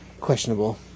Questionable